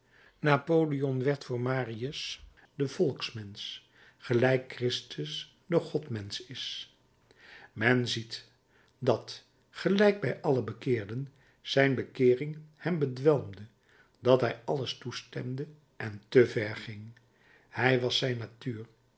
napoleon werd voor marius de volkmensch gelijk christus de godmensch is men ziet dat gelijk bij alle bekeerden zijn bekeering hem bedwelmde dat hij alles toestemde en te ver ging het was zijn natuur